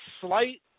slight